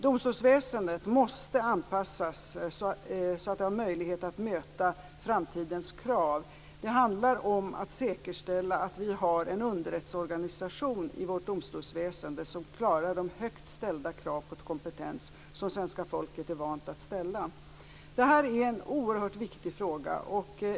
Domstolsväsendet måste anpassas så att det har möjlighet att möta framtidens krav. Det handlar om att säkerställa att vi har en underrättsorganisation i vårt domstolsväsende som klarar de högt ställda krav på kompetens som svenska folket är vant att ställa. Detta är en oerhört viktig fråga.